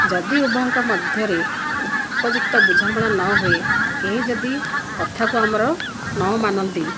ଯଦି ଉଭୟଙ୍କ ମଧ୍ୟରେ ଉପଯୁକ୍ତ ବୁଝାମଣା ନ ହୁଏ କେହି ଯଦି କଥାକୁ ଆମର ନ ମାନନ୍ତି